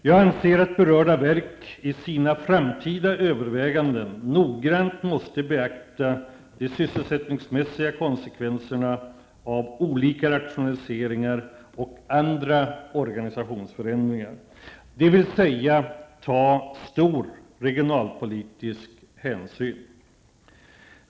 Jag anser att berörda verk i sina framtida överväganden noggrant måste beakta de sysselsättningsmässiga konsekvenserna av olika rationaliseringar och andra organisationsförändringar, dvs. ta stor regionalpolitisk hänsyn.